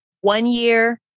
one-year